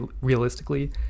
realistically